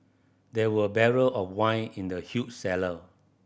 there were barrel of wine in the huge cellar